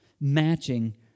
matching